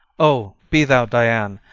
o! be thou dian,